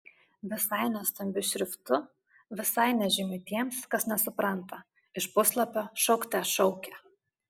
visai ne stambiu šriftu visai nežymiu tiems kas nesupranta iš puslapio šaukte šaukė